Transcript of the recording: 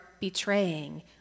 betraying